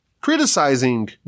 criticizing